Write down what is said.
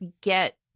get